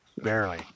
Barely